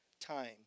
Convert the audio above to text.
time